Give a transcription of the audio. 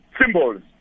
symbols